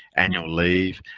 annual leave,